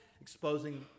exposing